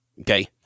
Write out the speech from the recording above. okay